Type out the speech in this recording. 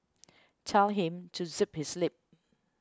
tell him to zip his lip